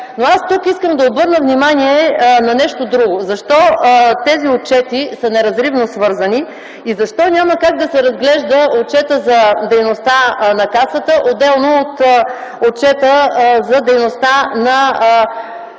обаче искам да обърна внимание на нещо друго: защо тези отчети са неразривно свързани и защо няма как да се разглежда отчетът за дейността на Касата отделно от отчета за изпълнението на